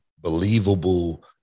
believable